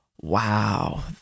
wow